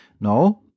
No